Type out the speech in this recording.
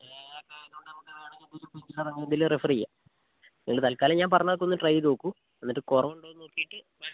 pain ഒക്കെ ആയതുകൊണ്ട് നമുക്ക് വേണമെങ്കിൽ ഒരു പെയിൻ കില്ലർ അങ്ങനെ എന്തെങ്കിലും റഫർ ചെയ്യാം നിങ്ങൾ തൽക്കാലം ഞാൻ പറഞ്ഞതൊക്കെ ഒന്ന് ട്രൈ ചെയ്ത് നോക്കൂ എന്നിട്ട് കുറവുണ്ടോ എന്ന് നോക്കിയിട്ട് വരാം